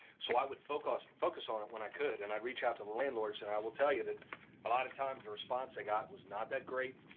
so i would focus focus on it when i could, and i'd reach out to the landlords and i will tell you that a lot of times, the response i got was not that great.